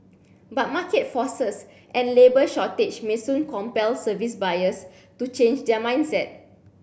but market forces and labour shortage may soon compel service buyers to change their mindset